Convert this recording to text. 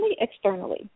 externally